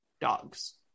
dogs